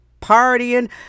partying